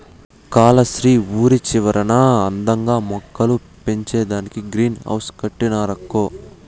కాలస్త్రి ఊరి చివరన అందంగా మొక్కలు పెంచేదానికే గ్రీన్ హౌస్ కట్టినారక్కో